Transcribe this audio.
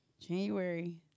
January